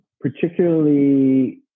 particularly